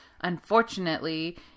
Unfortunately